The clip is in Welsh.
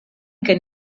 gen